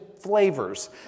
flavors